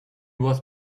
was